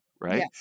right